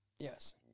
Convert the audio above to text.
Yes